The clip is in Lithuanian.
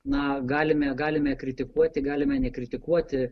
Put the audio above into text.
na galime galime kritikuoti galime nekritikuoti